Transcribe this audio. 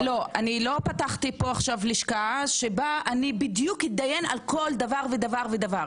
אני לא פתחתי עכשיו לשכה שבה אני בדיוק התדיין על כל דבר ודבר,